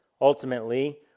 Ultimately